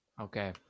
okay